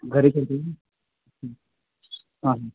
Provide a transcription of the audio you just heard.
घरी करतो आहे हां हां